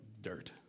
dirt